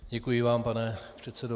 Děkuji vám, pane předsedo.